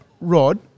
Rod